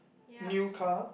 new car